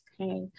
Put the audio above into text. Okay